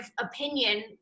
opinion